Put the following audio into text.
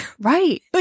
Right